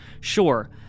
Sure